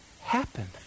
happen